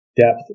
depth